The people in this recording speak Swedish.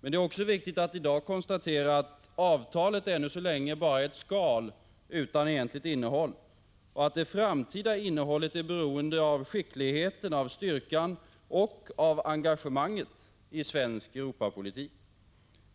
Men det är också viktigt att i dag konstatera att avtalet ännu så länge bara är ett skal utan egentligt innehåll och att det framtida innehållet är beroende av skickligheten, styrkan och engagemanget i svensk Europapolitik.